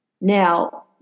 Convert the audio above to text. Now